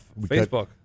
Facebook